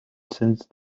since